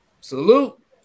Salute